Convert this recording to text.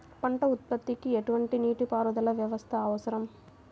పంట ఉత్పత్తికి ఎటువంటి నీటిపారుదల వ్యవస్థ అవసరం?